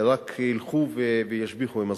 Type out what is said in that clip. רק ילכו וישביחו עם הזמן.